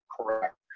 correct